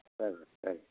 சரி சரி